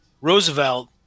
Roosevelt